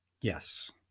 Yes